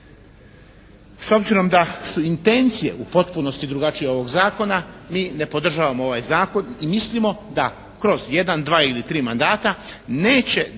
S obzirom da su intencije u potpunosti drugačije ovog zakona mi ne podržavamo ovaj zakon i mislimo da kroz jedan, dva ili tri mandata neće